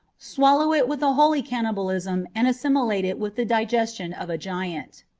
swallow it with a holy cannibalism and assimilate it with the digestion of a giant.